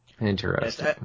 Interesting